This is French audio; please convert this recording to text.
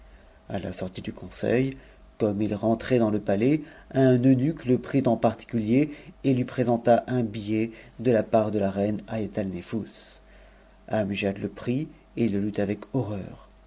a la sortie du conseil omme il rentrait dans le palais un eunuque le prit en particulier et lui présenta un billet de la part de la reine haiatalnefous amgiad le prit et e h'tavc horreur